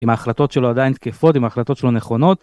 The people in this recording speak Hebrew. אם ההחלטות שלו עדיין תקפות, אם ההחלטות שלו נכונות.